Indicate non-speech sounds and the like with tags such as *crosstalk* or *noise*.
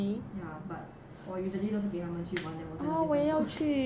ya but 我 usually 只是跟他们去玩我在那边站住 *laughs*